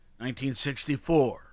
1964